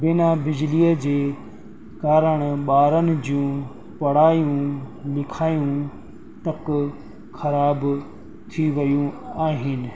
बिना बिजलीअ जे कारणु ॿारनि जूं पढ़ायूं लिखायूं तक ख़राब थी वयूं आहिनि